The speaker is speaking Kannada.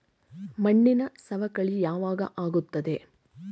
ಮಣ್ಣಿನ ಸವಕಳಿ ಯಾವಾಗ ಆಗುತ್ತದೆ?